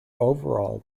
overall